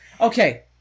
Okay